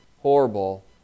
horrible